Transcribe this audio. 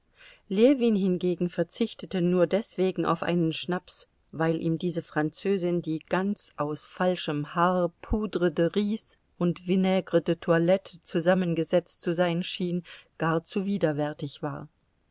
ljewin hingegen verzichtete nur deswegen auf einen schnaps weil ihm diese französin die ganz aus falschem haar poudre de riz und vinaigre de toilette zusammengesetzt zu sein schien gar zu widerwärtig war